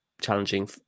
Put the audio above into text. challenging